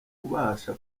kubasha